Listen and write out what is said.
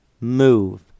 move